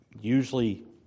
Usually